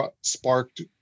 sparked